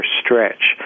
stretch